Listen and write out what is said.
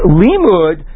limud